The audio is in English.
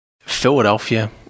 Philadelphia